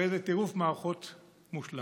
הרי זה טירוף מערכות מושלם.